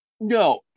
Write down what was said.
No